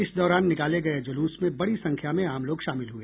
इस दौरान निकाले गये जुलूस में बड़ी संख्या में आम लोग शामिल हुए